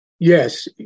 Yes